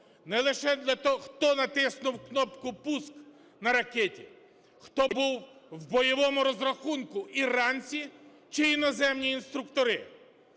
Не лише хто натиснув кнопку "пуск" на ракеті, хто був в бойовому розрахунку – іранці чи іноземні інструктори.